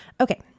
Okay